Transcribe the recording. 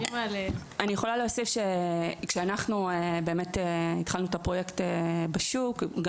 אני יכולה להוסיף שכשאנחנו התחלנו את הפרויקט בשוק,